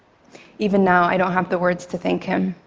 even now i don't have the words to thank him.